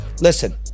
Listen